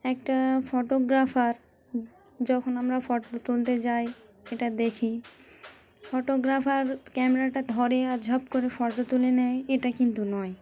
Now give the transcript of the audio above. একটা ফটোগ্রাফার যখন আমরা ফটো তুলতে যাই এটা দেখি ফটোগ্রাফার ক্যামেরাটা ধরে আর ঝপ করে ফটো তুলে নেয় এটা কিন্তু নয়